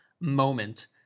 moment